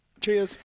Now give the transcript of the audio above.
Cheers